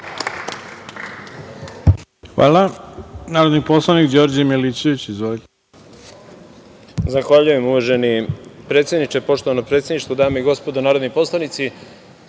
Hvala. Narodni poslanik Đorđe Milićević. Izvolite.